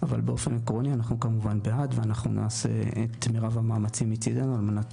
אבל באופן עקרוני אנחנו כמובן בעד ונעשה את מרב המאמצים מצדנו על מנת